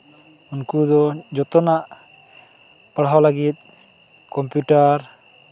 ᱩᱱᱠᱩᱫᱚ ᱡᱚᱛᱚᱱᱟᱜ ᱯᱟᱲᱦᱟᱣ ᱞᱟᱹᱜᱤᱫ ᱠᱚᱢᱯᱤᱩᱴᱟᱨ